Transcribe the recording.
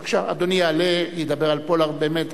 בבקשה, אדוני יעלה, ידבר על פולארד באמת.